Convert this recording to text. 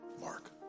Mark